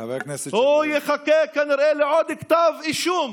הוא יחכה כנראה לעוד כתב אישום